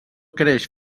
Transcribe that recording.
creix